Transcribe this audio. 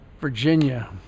Virginia